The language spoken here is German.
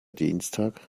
dienstag